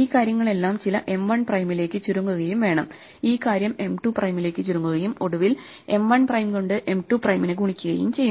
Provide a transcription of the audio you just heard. ഈ കാര്യങ്ങളെല്ലാം ചില M 1 പ്രൈമിലേക്ക് ചുരുങ്ങുകയും വേണം ഈ കാര്യം M 2 പ്രൈമിലേക്ക് ചുരുങ്ങുകയും ഒടുവിൽ M1 പ്രൈം കൊണ്ട് M 2 പ്രൈംനെ ഗുണിക്കുകയും ചെയ്യുന്നു